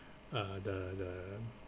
uh the the